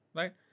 right